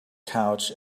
couch